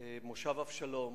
מושב אבשלום